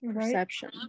Perception